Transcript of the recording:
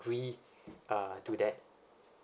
uh to that